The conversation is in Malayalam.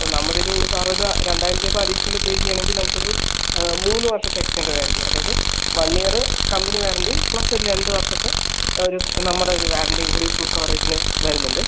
അപ്പോൾ നമ്മുടെ ഒരു സാർ ഒരു രണ്ടായിരം രൂപ അഡീഷണൽ പേ ചെയ്യണമെങ്കിൽ നമുക്ക് ഒരു മൂന്ന് വർഷത്തെ എക്സ്ചേഞ്ച് വാറണ്ടി അതായത് വൺ ഇയർ കമ്പനി വാറണ്ടിയും പ്ലസ് ഒരു രണ്ട് വർഷത്തെ ഒരു നമ്മുടെ ഒരു വാറണ്ടിയും കൂടി ഫുൾ കവറേജിന് വരുന്നുണ്ട്